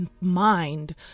mind